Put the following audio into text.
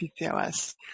PCOS